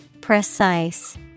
Precise